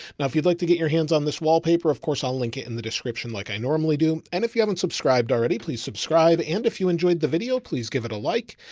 now, if you'd like to get your hands on this wallpaper, of course i'll link it in the description like i normally do. and if you haven't subscribed already, please subscribe. and if you enjoyed the video, please give it a like,